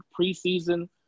preseason